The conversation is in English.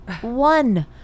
one